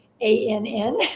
A-N-N